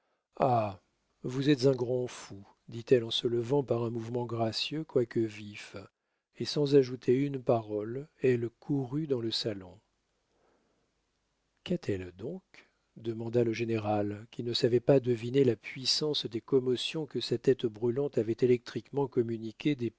ah vous êtes un grand fou dit-elle en se levant par un mouvement gracieux quoique vif et sans ajouter une parole elle courut dans le salon qu'a-t-elle donc demanda le général qui ne savait pas deviner la puissance des commotions que sa tête brûlante avait électriquement communiquées